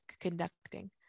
conducting